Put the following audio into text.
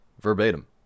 Verbatim